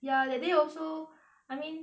ya that day also I mean